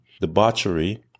debauchery